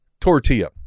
tortilla